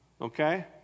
Okay